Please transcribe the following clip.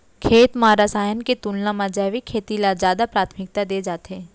खेत मा रसायन के तुलना मा जैविक खेती ला जादा प्राथमिकता दे जाथे